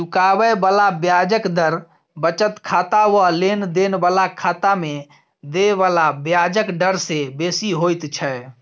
चुकाबे बला ब्याजक दर बचत खाता वा लेन देन बला खाता में देय बला ब्याजक डर से बेसी होइत छै